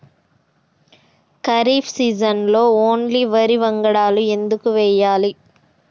ఖరీఫ్ సీజన్లో ఓన్లీ వరి వంగడాలు ఎందుకు వేయాలి?